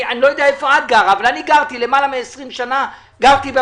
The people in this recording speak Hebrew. אני גרתי למעלה מ-20 שנים בפריפריה,